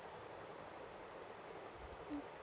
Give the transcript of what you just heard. mm